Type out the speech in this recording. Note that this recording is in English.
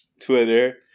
Twitter